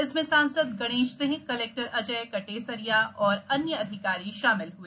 इसमें सांसद गणेश सिंह कलेक्टर अजय कटेसरिया और अन्य अधिकारी शामिल हए